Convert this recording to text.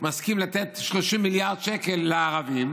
מסכים לתת 30 מיליארד שקלים לערבים,